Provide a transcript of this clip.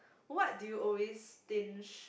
what do you always stinge